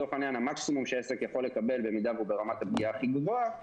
המקסימום שעסק יכול לקבל במידה והוא ברמת הפגיעה הכי גבוהה,